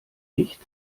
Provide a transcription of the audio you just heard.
nicht